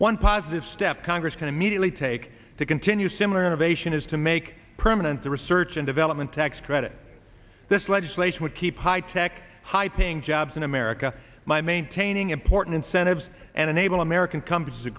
one positive step congress can immediately take to continue similar innovation is to make permanent the research and development tax credit this legislation would keep high tech high paying jobs in america by maintaining important incentives and enable american companies to